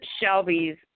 Shelby's